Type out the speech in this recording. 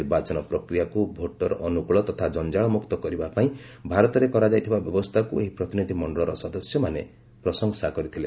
ନିର୍ବଚାନ ପ୍ରକ୍ରିୟାକୁ ଭୋଟର ଅନୁକୂଳ ତଥା ଜଞ୍ଜଳମୁକ୍ତ କରିବା ପାଇଁ ଭାରତରେ କରାଯାଇଥିବା ବ୍ୟବସ୍ଥାକୁ ଏହି ପ୍ରତିନିଧି ମଣ୍ଡଳର ସଦସ୍ୟମାନେ ପ୍ରଶଂସା କରିଥିଲେ